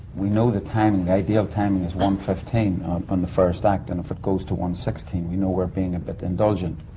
we know the timing. the ideal timing is one fifteen on the first act. and if it goes to one sixteen, we know we're being a bit indulgent.